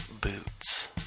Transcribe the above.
boots